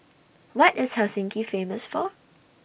What IS Helsinki Famous For